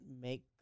make